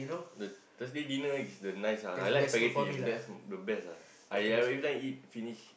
the Thursday dinner is the nice ah I like spaghetti that's the best ah I every time eat finish